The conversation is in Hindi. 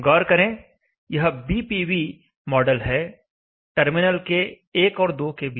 गौर करें यह BPV मॉडल है टर्मिनल के 1 और 2 के बीच